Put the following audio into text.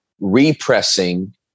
repressing